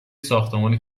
ساختمان